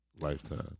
lifetime